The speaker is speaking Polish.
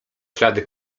ślady